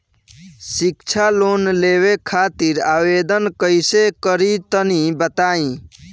शिक्षा लोन लेवे खातिर आवेदन कइसे करि तनि बताई?